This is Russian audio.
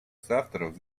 соавторов